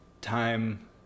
time